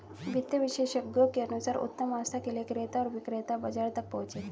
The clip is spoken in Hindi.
वित्त विशेषज्ञों के अनुसार उत्तम आस्था के लिए क्रेता और विक्रेता बाजार तक पहुंचे